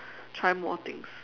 try more things